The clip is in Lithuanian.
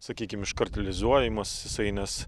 sakykim iškart realizuojamas jisai nes